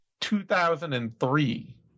2003